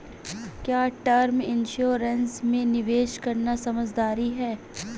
क्या term insurance में निवेश करना समझदारी है?